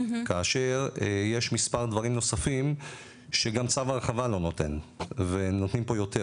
כאשר יש מספר דברים נוספים שגם צו ההרחבה לא נותן ונותנים פה יותר